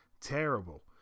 Terrible